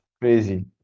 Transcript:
Crazy